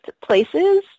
places